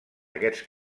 aquests